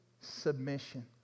submission